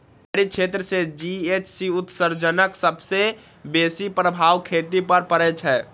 dairy क्षेत्र सं GHG उत्सर्जनक सबसं बेसी प्रभाव खेती पर पड़ै छै